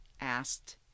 asked